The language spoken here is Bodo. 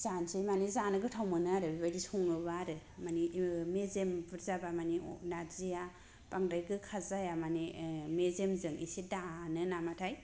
जानोसै मानि जानो गोथाव मोनो आरो बेबायदि सङोब्ला आरो मानि मेजेम बुरजा बा मानि नारजिआ बांद्राय गोखा जाया मानि मेजेमजों एसे दानो नामाथाय